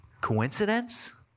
Coincidence